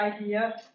idea